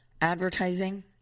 advertising